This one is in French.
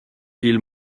ils